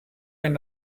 wenn